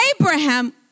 Abraham